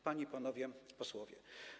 Panie i Panowie Posłowie!